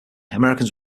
americans